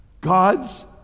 God's